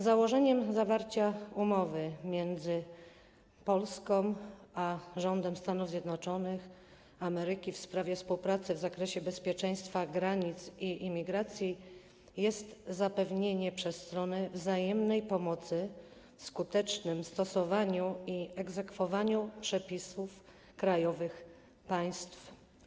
Założeniem zawarcia umowy między Polską a rządem Stanów Zjednoczonych Ameryki w sprawie współpracy w zakresie bezpieczeństwa granic i imigracji jest zapewnienie przez strony wzajemnej pomocy w skutecznym stosowaniu i egzekwowaniu przepisów krajowych tych państw.